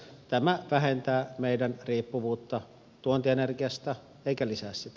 tämä vähentää meidän riippuvuuttamme tuontienergiasta eikä lisää sitä